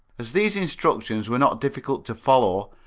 as these instructions were not difficult to follow,